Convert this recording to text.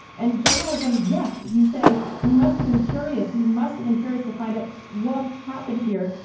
and journalism. yes. you say we must have been curious you must have been curious to find out what happened here.